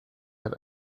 hat